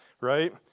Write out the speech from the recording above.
right